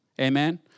Amen